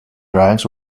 drives